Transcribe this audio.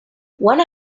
one